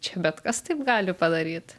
čia bet kas taip gali padaryt